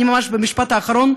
אני ממש במשפט האחרון,